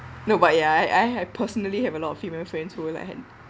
no but ya I I have personally have a lot of female friends who would like have